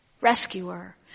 rescuer